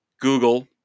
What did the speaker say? Google